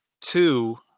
two